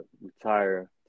retire